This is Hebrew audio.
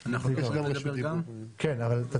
אני משמש כאן בהופעתי הראשונה ומן הסתם תוך כדי